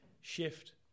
shift